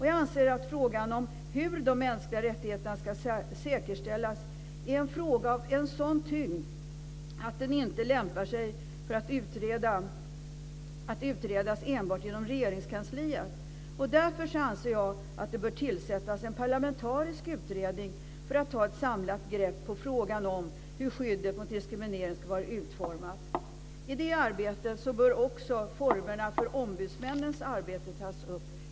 Jag anser att frågan om hur de mänskliga rättigheterna ska säkerställas är en fråga av en sådan tyngd att den inte lämpar sig för att utredas enbart inom Regeringskansliet. Därför anser jag att det bör tillsättas en parlamentarisk utredning för att ta ett samlat grupp på frågan om hur skyddet mot diskriminering ska vara utformat. I det arbetet bör också formerna för ombudsmännens arbete tas upp.